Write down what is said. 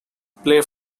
play